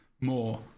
more